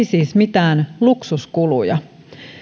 siis mitään luksuskuluja